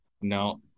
No